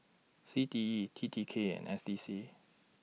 C T E T T K and S D C